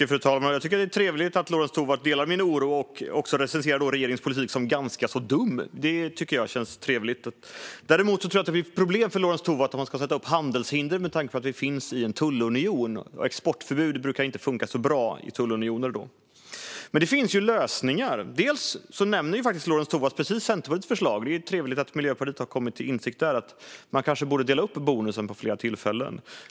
Fru talman! Det är trevligt att Lorentz Tovatt delar min oro och recenserar regeringens politik som ganska dum. Det tycker jag känns trevligt. Däremot tror jag att det blir problem om Lorentz Tovatt ska sätta upp handelshinder. Vi ingår ju i en tullunion, och exportförbud brukar inte funka så bra i tullunioner. Men det finns lösningar. Lorentz Tovatt nämner precis det som är Centerpartiets förslag. Det är ju trevligt att Miljöpartiet har kommit till insikt om att man kanske borde dela upp bonusen på flera tillfällen.